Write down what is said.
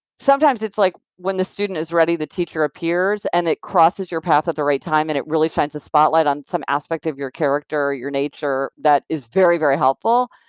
sometimes it's like, when the student is ready, the teacher appears and it crosses your path at the right time, and it really shines a spotlight on some aspect of your character, your nature that is very, very helpful,